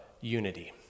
unity